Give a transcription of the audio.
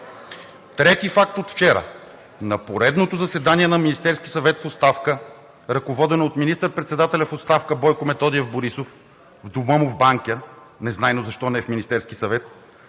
Трети факт от вчера – на поредното заседание на Министерския съвет в оставка, ръководено от министър-председателя в оставка Бойко Методиев Борисов – незнайно защо от дома му в Банкя, а не в Министерския съвет